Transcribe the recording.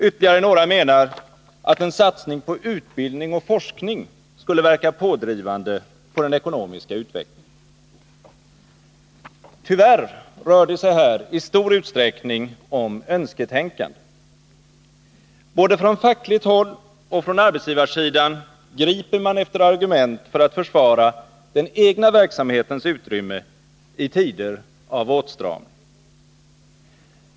Ytterligare några menar, att en satsning på utbildning och forskning skulle verka pådrivande på den ekonomiska utvecklingen. Tyvärr rör det sig här i stor utsträckning om önsketänkande. Både från fackligt håll och från arbetsgivarsidan griper man efter argument för att försvara den egna verksamhetens utrymme i tider av åtstramning.